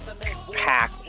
pack